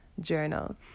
journal